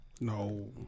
No